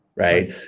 Right